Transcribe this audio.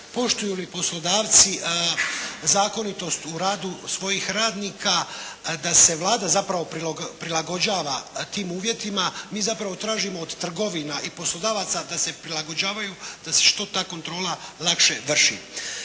poštuju li poslodavci zakonitost u radu svojih radnika da se Vlada, zapravo prilagođava tim uvjetima. Mi zapravo tražimo od trgovina i poslodavaca da se prilagođavaju da se što ta kontrola lakše vrši.